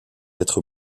être